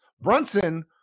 Brunson